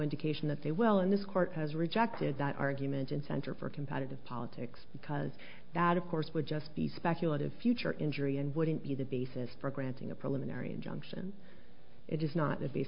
indication that they will and this court has rejected that argument in center for competitive politics because that of course would just be speculative future injury and wouldn't be the basis for granting a preliminary injunction it is not